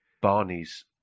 Barney's